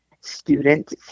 student